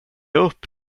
upp